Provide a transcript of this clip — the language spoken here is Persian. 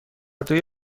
دوی